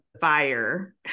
fire